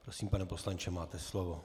Prosím, pane poslanče, máte slovo.